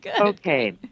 Okay